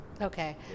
Okay